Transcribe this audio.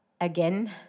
again